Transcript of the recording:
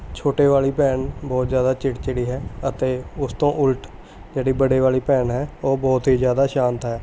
ਛੋਟੇ ਵਾਲੀ ਭੈਣ ਬਹੁਤ ਜ਼ਿਆਦਾ ਚਿੜਚਿੜੀ ਹੈ ਅਤੇ ਉਸ ਤੋਂ ਉਲਟ ਜਿਹੜੀ ਬੜੇ ਵਾਲੀ ਭੈਣ ਹੈ ਉਹ ਬਹੁਤ ਹੀ ਜ਼ਿਆਦਾ ਸ਼ਾਂਤ ਹੈ